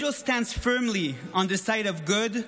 Israel stands firmly on the side of good,